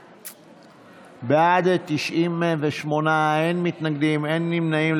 בעד, 98, אין מתנגדים, אין נמנעים.